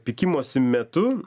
pykimosi metu